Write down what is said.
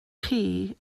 chi